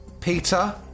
Peter